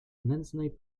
nędznej